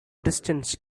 distance